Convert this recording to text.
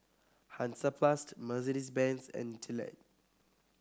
Hansaplast Mercedes Benz and Gillette